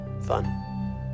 fun